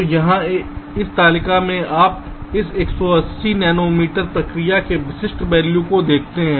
तो यहाँ इस तालिका में आप इस 180 नैनोमीटर प्रक्रिया के विशिष्ट वैल्यू को देखते हैं